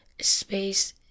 space